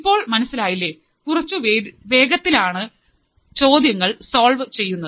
ഇപ്പോൾ മനസ്സിലായില്ലേ കുറച്ചു വേഗതിൽ ആണ് ചോദ്യങ്ങൾ സോൾവ് ചെയ്യുന്നത്